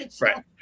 Right